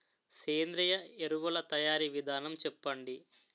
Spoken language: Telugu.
సేంద్రీయ ఎరువుల తయారీ విధానం చెప్పండి?